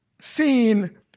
seen